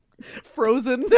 frozen